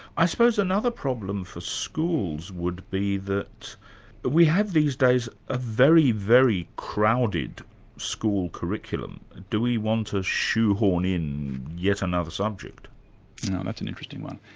i suppose another problem for schools would be that we have these days a very, very crowded school curriculum do we want to shoehorn in yet another subject? now that's an interesting one.